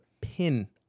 pin